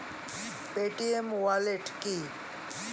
Paytm wallet কি?